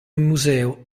museo